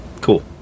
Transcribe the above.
Cool